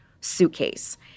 suitcase